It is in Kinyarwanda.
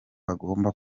bagomba